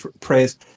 praise